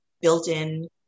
built-in